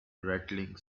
rattling